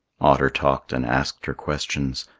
otter talked and asked her questions,